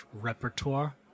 repertoire